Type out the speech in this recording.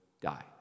die